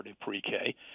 pre-K